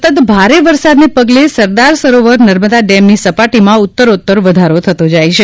સતત ભારે વરસાદને પગલે સરદાર સરોવર નર્મદા ડેમની સપાટીમાં ઉત્તરોત્તર વધારો થતો જાય છે